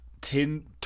tin